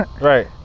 right